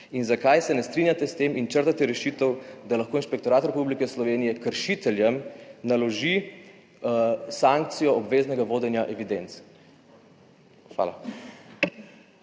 in zakaj se ne strinjate s tem in črtate rešitev, da lahko Inšpektorat Republike Slovenije kršiteljem naloži sankcijo obveznega vodenja evidenc? Hvala.